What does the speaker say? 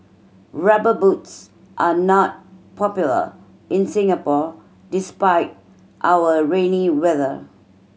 Rubber Boots are not popular in Singapore despite our rainy weather